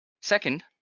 second